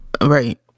right